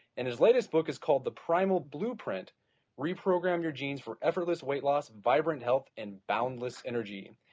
and his latest book is called the primal blueprint reprogram your genes for effortless weight loss, vibrant health, and boundless energy.